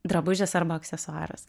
drabužis arba aksesuaras